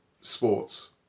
sports